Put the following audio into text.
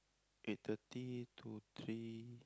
eight thirty to three